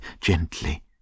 gently